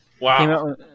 wow